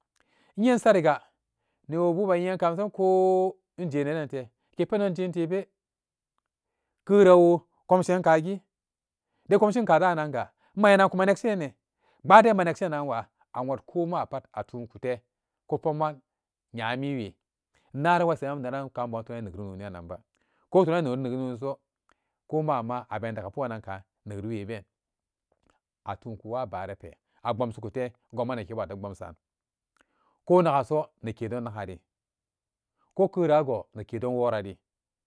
Innye insariga newobu eyenan ka masanan ko injenedenate ke pendon jen tebe keurawo komshen kagi gekomshin tebe keurawo komshen kagi gekomshin kudananga manyanagan kuma nekshine pbaa den ma nekshinanwa awot ko mapa atunkute ku pokman nyamiwe nara wusamari neran kanbon tunani noni ranba ko intunan nekrinoniso ko ma'ama abeni dakka pugannanka nekriweben atunku waa baara pe a bomsi kute goma nekebu ate bomsan ko naga so nekedon nagari ko kerago nekedon worari.